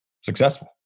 successful